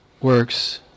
works